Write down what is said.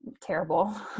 Terrible